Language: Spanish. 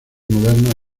moderno